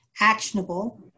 actionable